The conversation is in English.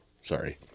sorry